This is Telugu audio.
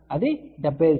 అది 75 సెం